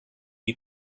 did